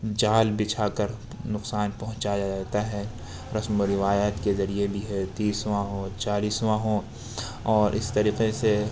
جال بچھا کر نقصان پہنچایا جاتا ہے رسم و روایات کے ذریعہ بھی تیسواں ہو چالیسواں ہو اور اس طریقے سے